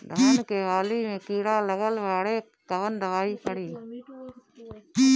धान के बाली में कीड़ा लगल बाड़े कवन दवाई पड़ी?